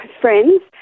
friends